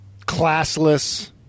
classless